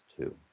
two